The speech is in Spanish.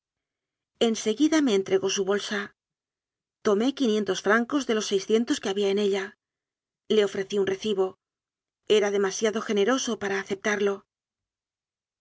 seguida me entregó su bolsa tomé quinientos francos de los seiscientos que había en ella le ofrecí un re cibo era demasiado generoso para aceptarlo